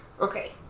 Okay